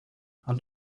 and